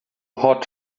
hot